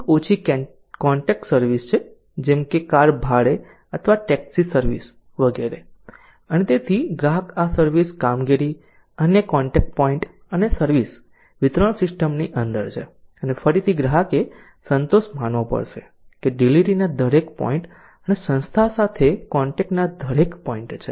આ એક ઓછી કોન્ટેક્ટ સર્વિસ છે જેમ કે કાર ભાડે અથવા ટેક્સી સર્વિસ વગેરે અને તેથી ગ્રાહક આ સર્વિસ કામગીરી અન્ય કોન્ટેક્ટ પોઈન્ટ અને સર્વિસ વિતરણ સીસ્ટમની અંદર છે અને ફરીથી ગ્રાહકે સંતોષ માનવો પડશે કે ડિલિવરીના દરેક પોઈન્ટ અને સંસ્થા સાથે કોન્ટેક્ટ ના દરેક પોઈન્ટ છે